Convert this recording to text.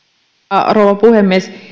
arvoisa rouva puhemies